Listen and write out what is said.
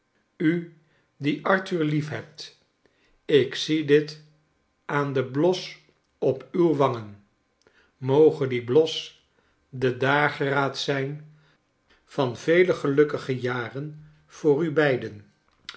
u die arthur liefhebt ik zie dit aan den bios op uw wangen moge die bios de dageraad zijn van vele gelukkige jaren voor u iseiden